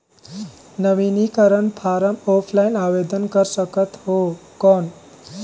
नवीनीकरण form offline आवेदन कर सकत हो कौन?